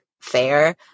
fair